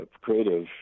creative